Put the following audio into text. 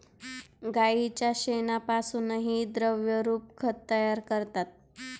गाईच्या शेणापासूनही द्रवरूप खत तयार करतात